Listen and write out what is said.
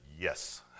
yes